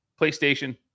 playstation